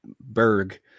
Berg